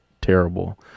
terrible